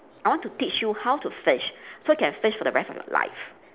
I want to teach you how to fish so you can fish for the rest of your life